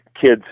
kids